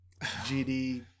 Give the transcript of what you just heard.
GD